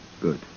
Good